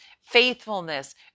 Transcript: faithfulness